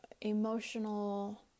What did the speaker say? emotional